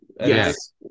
Yes